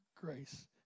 grace